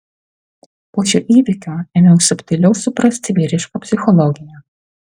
po šio įvykio ėmiau subtiliau suprasti vyrišką psichologiją